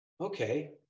okay